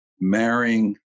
marrying